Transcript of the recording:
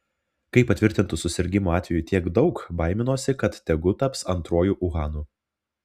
kai patvirtintų susirgimų atvejų tiek daug baiminuosi kad tegu taps antruoju uhanu